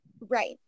Right